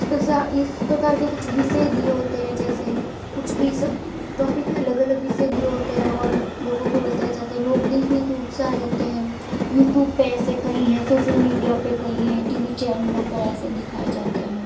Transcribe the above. इस पज़ा इस प्रकार के कुछ विषय दिए होते हैं जैसे कुछ भी सब टॉपिक पर अलग अलग विषय दिए होते हैं और लोगों को बताया जाता है लोग देखने के उत्साह रहते हैं यूट्यूब पर ऐसे कई हैं सोसल मीडिया पर कहीं है टी वी चैनलों पर ऐसे दिखाए जाते हैं